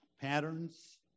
patterns